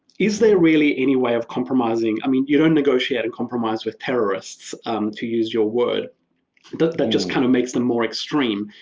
is there really any way of compromising? i mean, you don't negotiate and compromise with terrorists to use your word that that just kind of makes them more extreme.